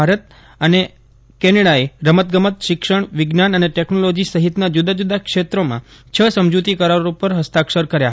ભારત અને કેનેડાએ રમત ગમત શિક્ષણ વિજ્ઞાન અને ટેકનોલોજી સહિતના જુદા જુદા ક્ષેત્રમાં છ સમજુતી કરારો પર હસ્તાક્ષર કર્યા